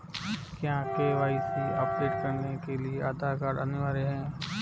क्या KYC update करने के लिए आधार कार्ड अनिवार्य है?